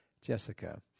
Jessica